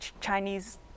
Chinese